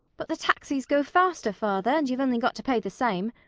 but the taxis go faster, father, and you've only got to pay the same.